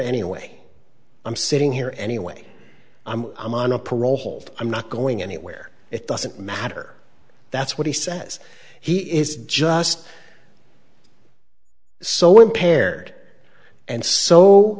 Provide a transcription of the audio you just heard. anyway i'm sitting here anyway i'm on a parole hold i'm not going anywhere it doesn't matter that's what he says he is just so impaired and so